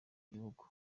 igihugu